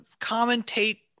commentate